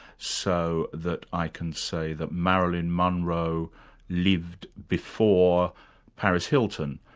so that i can say that marilyn monroe lived before paris hilton,